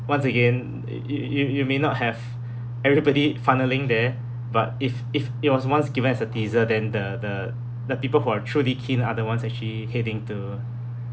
once again uh you you you may not have everybody funnelling there but if if it was once given as a teaser then the the the people who are truly keen are the ones actually heading to